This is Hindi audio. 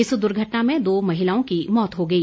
इस दुर्घटना में दो महिलाओं की मौत हो गई